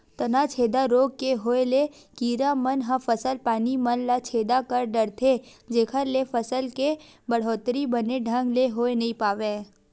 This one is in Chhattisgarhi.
तनाछेदा रोग के होय ले कीरा मन ह फसल पानी मन ल छेदा कर डरथे जेखर ले फसल के बड़होत्तरी बने ढंग ले होय नइ पावय